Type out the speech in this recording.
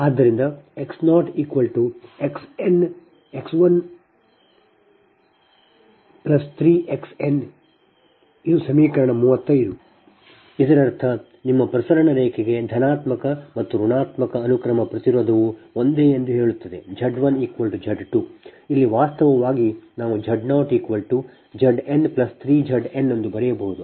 ಆದ್ದರಿಂದ X 0 X 1 3X n ಇದು ಸಮೀಕರಣ 35 ಇದರರ್ಥ ನಿಮ್ಮ ಪ್ರಸರಣ ರೇಖೆಗೆ ಧನಾತ್ಮಕ ಮತ್ತು ಋಣಾತ್ಮಕಅನುಕ್ರಮ ಪ್ರತಿರೋಧವು ಒಂದೇ ಎಂದು ಹೇಳುತ್ತದೆ Z 1 Z 2 ಇಲ್ಲಿ ವಾಸ್ತವವಾಗಿ ನಾವು Z 0 Z 1 3Z n ಬರೆಯಬಹುದು